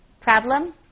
Problem